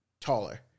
taller